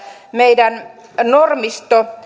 meidän normistomme